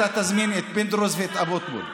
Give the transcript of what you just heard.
אתה תזמין את פינדרוס ואת אבוטבול שיבואו.